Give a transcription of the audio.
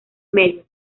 medios